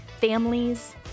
families